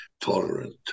tolerant